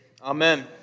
Amen